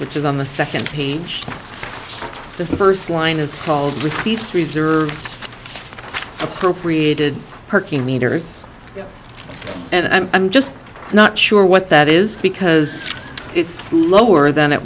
which is on the second page the first line is called receives reserve appropriated parking meters and i'm just not sure what that is because it's lower than it